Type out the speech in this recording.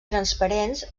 transparents